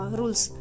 rules